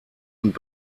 und